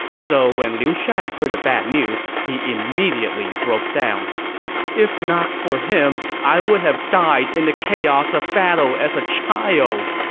so when liu shan heard the bad news, he immediately broke down if not for him, i would have died in the chaos of battle as a child!